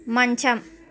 మంచం